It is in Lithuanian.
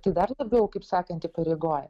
tai dar labiau kaip sakant įpareigoja